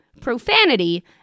profanity